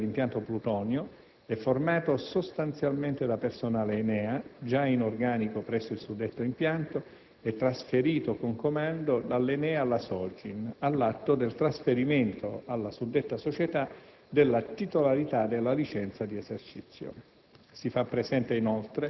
II gruppo operativo dell'impianto Plutonio è formato sostanzialmente da personale ENEA già in organico presso il suddetto impianto e trasferito con comando dall'ENEA alla SOGIN all'atto del trasferimento alla suddetta società della titolarità della licenza di esercizio.